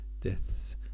death's